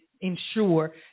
ensure